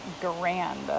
grand